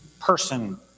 person